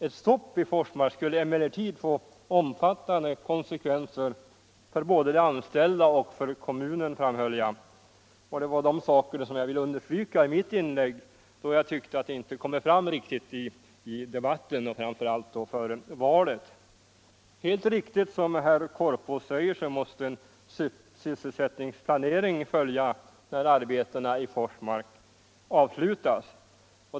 Ett stopp i Forsmark skulle emellertid få omfattande konsekvenser för både de anställda och kommunen, framhöll jag. Det var de sakerna jag ville understryka i mitt inlägg, då jag tyckte att det inte kommit fram riktigt i debatten och framför allt inte före valet. Helt riktigt, som herr Korpås säger, måste en sysselsättningsplanering följa när arbetena i Forsmark avslutas.